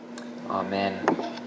Amen